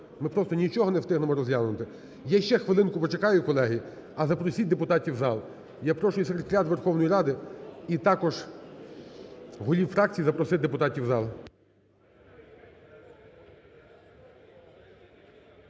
ми просто нічого не встигнемо розглянути. Я ще хвилинку почекаю, колеги, а запросіть депутатів в зал. Я прошу і Секретаріат Верховної Ради, і також голів фракцій запросити депутатів в зал.